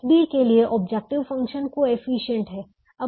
CB XB के लिए objective function को एफिशिएंट है